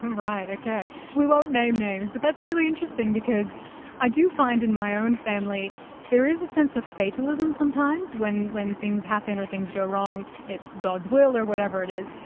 um right, okay. we won't name names but that's really interesting because i do find in my own family there is a sense of fatalism sometimes when when things happen or things go wrong, it's god's will or whatever it is.